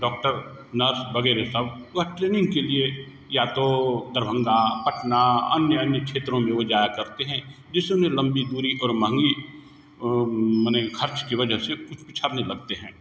doctor nurse वगैरह सब training के लिए या तो दरभंगा पटना अन्य अन्य क्षेत्रों में वो जाया करते हैं दूसरे लंबी दूरी और महँगी मने खर्च की वजह से वो पिछड़ने लगते हैं